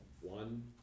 one